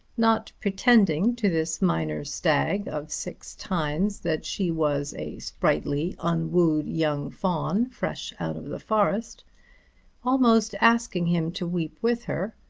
not pretending to this minor stag of six tines that she was a sprightly unwooed young fawn, fresh out of the forest almost asking him to weep with her,